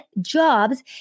jobs